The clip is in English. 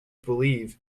believe